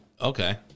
Okay